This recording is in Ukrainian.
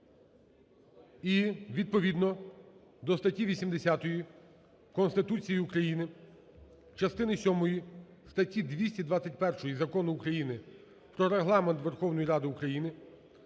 І відповідно до статті 80 Конституції України, частини сьомої статті 221 Закону України "Про Регламент Верховної Ради України"